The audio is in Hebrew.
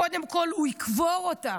קודם כול, הוא יקבור אותה.